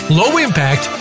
low-impact